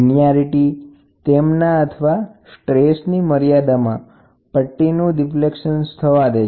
linearity એ ક્યાં તો લીનીયારિટી મર્યાદા અથવા તો સ્ટ્રેસની જરૂરિયાતના લીધે જ મર્યાદિત થઈ જતી હોય છે